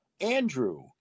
Andrew